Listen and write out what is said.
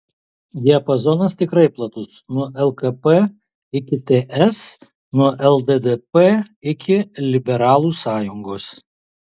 diapazonas tikrai platus nuo lkp iki ts nuo lddp iki liberalų sąjungos